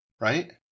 right